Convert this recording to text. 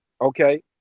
Okay